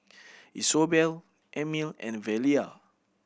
Isobel Emil and Velia